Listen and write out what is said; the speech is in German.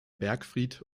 bergfried